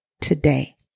today